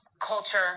culture